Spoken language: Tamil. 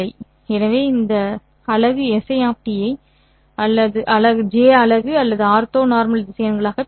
எனவே இந்த அலகு Si ஐ j அலகு அல்லது ஆர்த்தோனார்மல் திசையன்களாக பிரிக்கிறது